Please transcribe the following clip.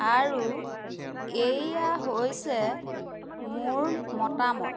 আৰু এইয়া হৈছে মোৰ মতামত